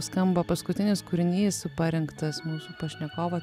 skamba paskutinis kūrinys parinktas mūsų pašnekovo